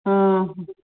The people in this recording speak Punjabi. ਹਾਂ